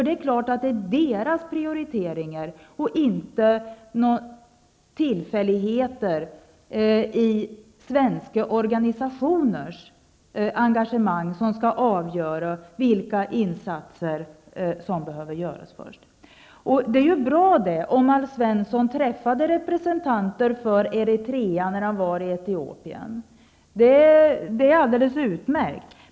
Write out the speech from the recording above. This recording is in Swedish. Det är landets prioriteringar och inte tillfälligheter i svenska organisationers engagemang som skall avgöra vilka insatser som skall göras först. Det är bra om Alf Svensson träffade representanter för Eritrea när han var i Etiopien. Det är alldeles utmärkt.